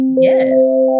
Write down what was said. Yes